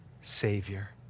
Savior